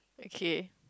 okay